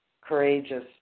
courageous